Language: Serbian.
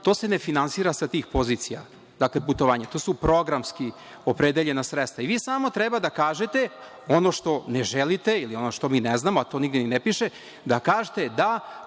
To se ne finansira sa tih pozicija. Dakle, putovanja. To su programski opredeljena sredstva. Vi samo treba da kažete ono što ne želite ili ono što mi ne znamo, a to nigde ni ne piše. Da kažete –